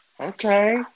Okay